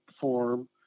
form